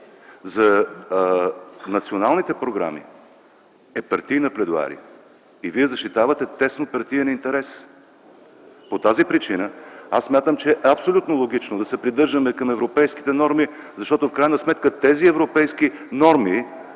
за националните програми е партийна пледоария и Вие защитавате теснопартиен интерес. По тази причина смятам, че е абсолютно логично да се придържаме към европейските норми, защото в крайна сметка тези европейски норми